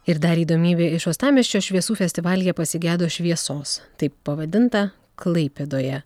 ir dar įdomybių iš uostamiesčio šviesų festivalyje pasigedo šviesos taip pavadinta klaipėdoje